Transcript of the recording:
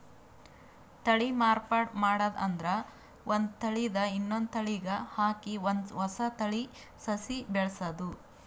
ತಳಿ ಮಾರ್ಪಾಡ್ ಮಾಡದ್ ಅಂದ್ರ ಒಂದ್ ತಳಿದ್ ಇನ್ನೊಂದ್ ತಳಿಗ್ ಹಾಕಿ ಒಂದ್ ಹೊಸ ತಳಿ ಸಸಿ ಬೆಳಸದು